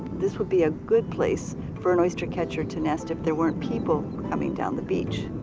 this would be a good place for an oystercatcher to nest if there weren't people coming down the beach.